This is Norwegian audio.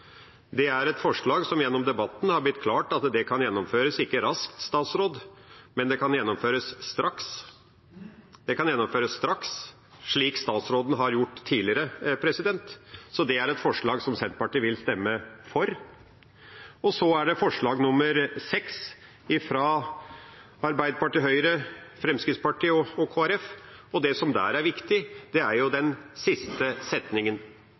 Det er et forslag som det gjennom debatten har blitt klart at kan gjennomføres – ikke raskt , statsråd, men det kan gjennomføres straks . Det kan gjennomføres straks, slik statsråden har gjort tidligere, så det er et forslag som Senterpartiet vil stemme for. Og så er det forslag nr. 6, fra Arbeiderpartiet, Høyre, Fremskrittspartiet og Kristelig Folkeparti. Det som der er viktig, er den siste setningen.